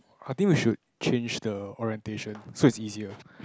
I think we should change the orientation so it's easier